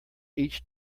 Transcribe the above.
each